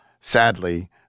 sadly